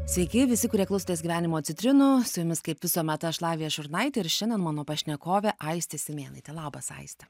sveiki visi kurie klausotės gyvenimo citrinų su jumis kaip visuomet aš lavija šurnaitė ir šiandien mano pašnekovė aistė simėnaitė labas aiste